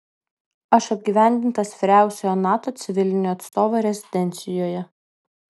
aš apgyvendintas vyriausiojo nato civilinio atstovo rezidencijoje